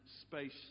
space